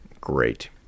Great